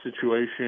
situation